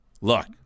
Look